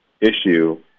issue